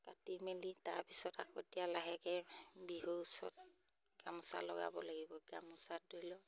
কাটি মেলি তাৰপিছত আকৌ লাহেকৈ বিহুৰ ওচৰত গামোচা লগাব লাগিব গামোচা ধৰি লওক